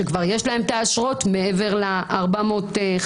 שכבר יש להם אשרות מעבר ל-450,